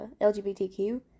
LGBTQ